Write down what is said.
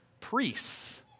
priests